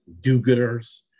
do-gooders